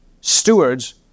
stewards